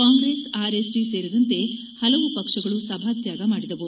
Congress RSP ಸೇರಿದಂತೆ ಹಲವು ಪಕ್ಷಗಳು ಸಭಾತ್ಯಾಗ ಮಾಡಿದವು